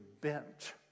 bent